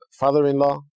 father-in-law